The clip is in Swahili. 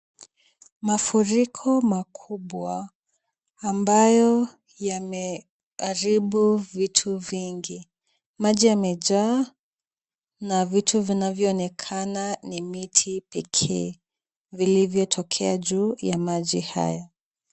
Mafuriko makubwa, ambayo yameharibu vitu vingi, maji yamejaa na vitu vinavyoonekana ni miti pekee, Vilivyotokea juu ya maji haya.